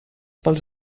pels